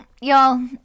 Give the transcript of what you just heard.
y'all